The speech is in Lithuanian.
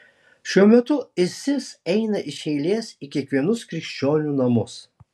šiuo metu isis eina iš eilės į kiekvienus krikščionių namus